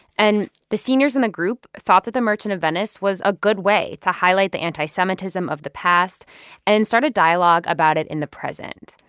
and the seniors in the group thought that the merchant of venice was a good way to highlight the anti-semitism of the past and start a dialogue about it in the present.